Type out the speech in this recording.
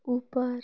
ଉପର